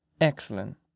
Excellent